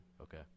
Okay